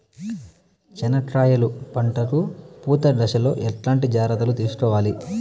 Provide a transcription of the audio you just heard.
చెనక్కాయలు పంట కు పూత దశలో ఎట్లాంటి జాగ్రత్తలు తీసుకోవాలి?